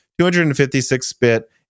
256-bit